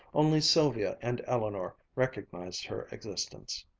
only sylvia and eleanor recognized her existence.